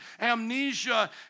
amnesia